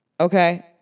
Okay